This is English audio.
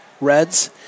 reds